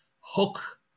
hook